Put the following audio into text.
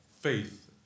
faith